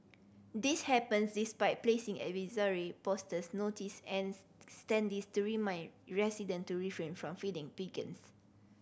this happens despite placing advisory posters notice and standees to remind resident to refrain from feeding pigeons